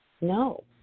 no